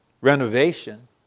renovation